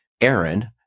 Aaron